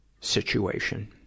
situation